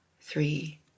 three